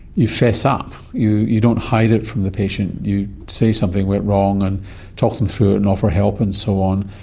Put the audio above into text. you fess up, you you don't hide it from the patient, you say something went wrong and talk them through it and offer help and so on.